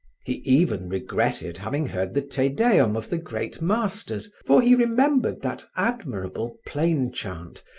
he even regretted having heard the te deum of the great masters, for he remembered that admirable plain-chant,